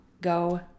go